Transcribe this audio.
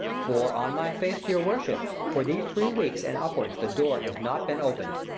for, on my faith to your worship, for these three weeks and upwards the door has not been open'd.